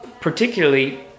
particularly